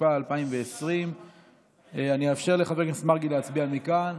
התשפ"א 2020. אני אאפשר לחבר הכנסת מרגי להצביע מכאן,